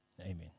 Amen